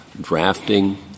drafting